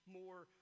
more